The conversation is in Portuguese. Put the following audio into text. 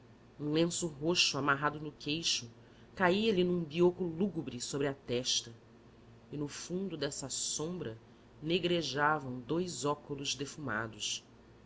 lenço roxo amarrado no queixo caía lhe num bioco lúgubre sobre a testa e no fundo dessa sombra negrejavam dous óculos defumados